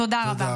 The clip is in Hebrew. תודה רבה.